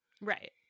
Right